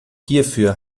hierfür